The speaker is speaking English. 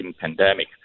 pandemic